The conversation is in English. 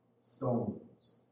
stones